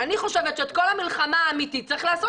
אני חושבת שאת המלחמה האמיתית צריך לעשות